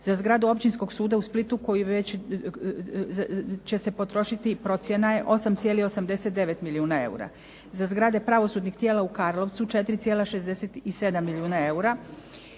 Za zgradu Općinskog suda u Splitu će se potrošiti procjena je 8,89 milijuna eura. Za zgrade pravosudnih tijela u Karlovcu 4,67 milijuna eura.